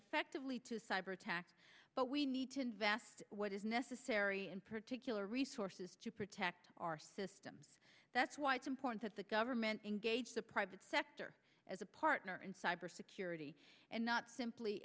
effectively to cyber attacks but we need to invest what is necessary and particular resources to protect our systems that's why it's important that the government engage the private sector as a partner in cybersecurity and not simply